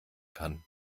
kann